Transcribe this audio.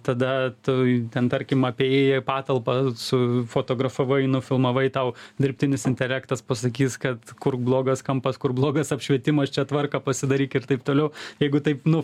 tada tu ten tarkim apėjai patalpą sufotografavai nufilmavai tau dirbtinis intelektas pasakys kad kur blogas kampas kur blogas apšvietimas čia tvarką pasidaryk ir taip toliau jeigu taip nu